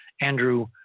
Andrew